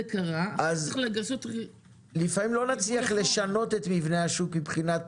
אז צריך לעשות --- לפעמים לא נצליח לשנות את מבנה השוק מבחינת